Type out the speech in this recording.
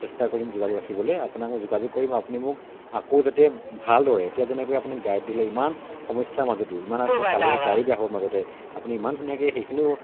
চেষ্টা কৰিম যোগাযোগ ৰাখিবলৈ আপোনাক মই যোগাযোগ কৰিম আপুনি মোক আকৌ যাতে ভালদৰে এতিয়া যেনেকৈ আপুনি গাইড দিলে ইমান সমস্যাৰ মাজতো ইমান আচলতে কালি গাড়ী বেয়া হ'ল মাজতে আপুনি ইমান ধুনীয়াকৈ সেইখিনিও